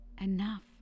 enough